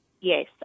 Yes